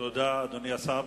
תודה, אדוני השר.